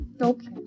Okay